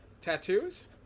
Tattoos